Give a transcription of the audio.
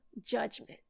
judgment